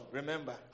remember